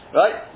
right